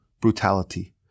brutality